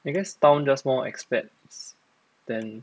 because town just more expats then